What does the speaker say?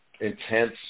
intense